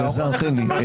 אלעזר, תן לי.